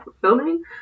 Filming